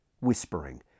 whispering